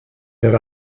that